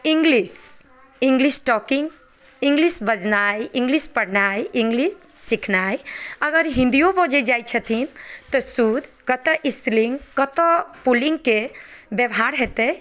English English talking English बजनाइ English पढ़नाइ English सिखनाइ अगर हिन्दिओ बजै जाय छथिन तऽ शुद्ध कतय स्त्रीलिंग कतय पुल्लिङ्गके व्यवहार हेतै